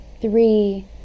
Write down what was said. three